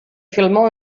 filmó